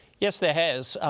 yes, there has.